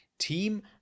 team